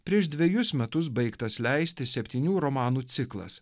prieš dvejus metus baigtas leisti septynių romanų ciklas